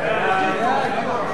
סעיפים 1 2 נתקבלו.